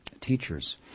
teachers